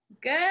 good